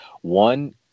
One